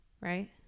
Right